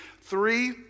three